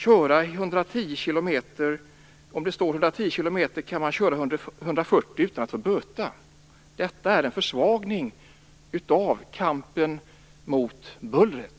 Om det står 110 km/tim kan man köra 140 utan att få böta. Detta är en försvagning i kampen mot bullret.